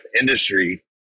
industry